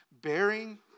bearing